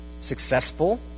successful